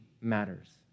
matters